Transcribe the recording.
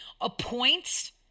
appoints